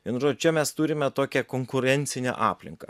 vienu žodžiu čia mes turime tokią konkurencinę aplinką